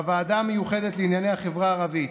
בוועדה המיוחדת לענייני החברה הערבית,